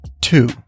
Two